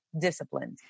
disciplined